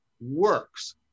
works